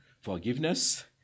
forgiveness